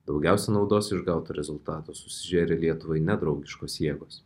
daugiausia naudos iš gauto rezultato susižėrė lietuvai nedraugiškos jėgos